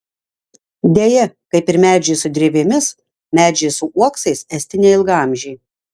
deja kaip ir medžiai su drevėmis medžiai su uoksais esti neilgaamžiai